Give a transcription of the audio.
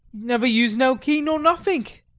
never used no key nor nothink.